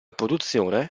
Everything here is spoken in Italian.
produzione